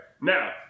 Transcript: Now